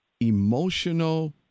emotional